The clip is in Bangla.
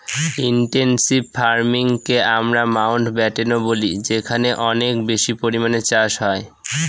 ইনটেনসিভ ফার্মিংকে আমরা মাউন্টব্যাটেনও বলি যেখানে অনেক বেশি পরিমানে চাষ হয়